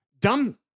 dumb